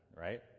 right